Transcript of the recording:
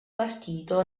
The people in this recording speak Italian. partito